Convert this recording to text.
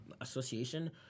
Association